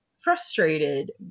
frustrated